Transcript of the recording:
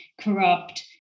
corrupt